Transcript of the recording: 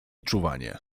czuwanie